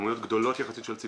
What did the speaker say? נדרשים לזה